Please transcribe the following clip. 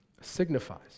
signifies